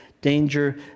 danger